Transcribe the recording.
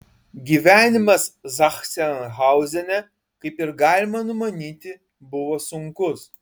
gyvenimas zachsenhauzene kaip ir galima numanyti buvo sunkus